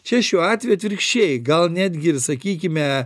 čia šiuo atveju atvirkščiai gal netgi ir sakykime